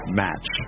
match